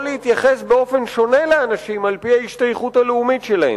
או להתייחס באופן שונה לאנשים על-פי ההשתייכות הלאומית שלהם.